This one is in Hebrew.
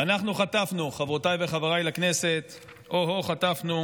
ואנחנו חטפנו, חברותיי וחבריי לכנסת, אוהו, חטפנו